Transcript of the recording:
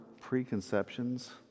preconceptions